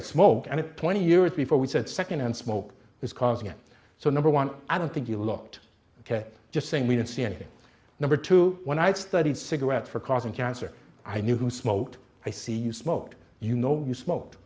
at smoke and it twenty years before we said second hand smoke is causing it so number one i don't think you looked ok just saying we didn't see anything number two when i studied cigarettes for causing cancer i knew who smoked i see you smoked you know you smoked